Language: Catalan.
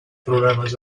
problemes